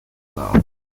now